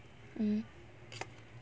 mm